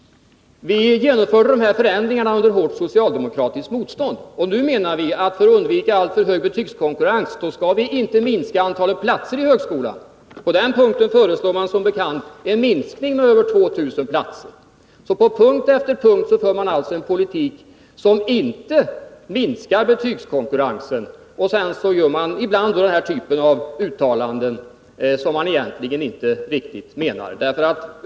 Vi genomförde dessa förändringar under hårt socialdemokratiskt motstånd. Vi anser inte att man för att undvika alltför stor betygskonkurrens skall minska antalet platser i högskolan. Regeringen föreslår som bekant en minskning med över 2000 platser. På punkt efter punkt för man från regeringens sida en politik som inte minskar betygskonkurrensen, och sedan gör man den här typen av uttalanden som man egentligen inte riktigt menar.